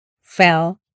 fell